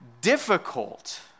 difficult